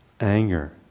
anger